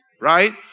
right